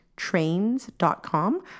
trains.com